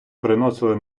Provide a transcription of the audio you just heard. приносили